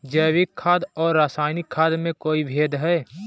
जैविक खाद और रासायनिक खाद में कोई भेद है?